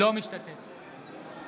אינו משתתף בהצבעה